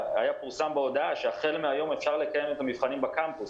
פורסם בהודעה שהחל מהיום אפשר לקיים את המבחנים בקמפוס,